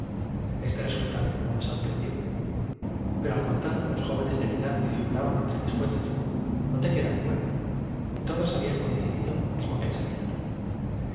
el señor duque prendió pero al contar los jóvenes de mi edad que figuraban entre mis jueces noté que eran nueve y todos habían coincidido en'el mis